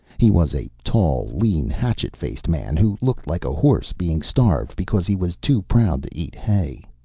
he was a tall, lean, hatchet-faced man who looked like a horse being starved because he was too proud to eat hay.